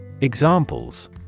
Examples